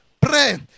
Pray